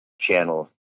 channel